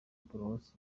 paruwasi